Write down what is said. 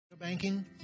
Banking